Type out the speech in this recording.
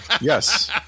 Yes